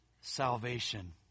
Salvation